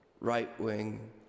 right-wing